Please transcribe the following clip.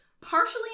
partially